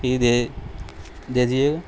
دے دے دیجیے گا